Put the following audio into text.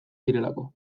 direlako